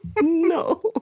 No